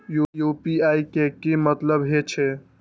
UPI के की मतलब हे छे?